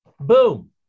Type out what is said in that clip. Boom